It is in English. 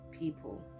people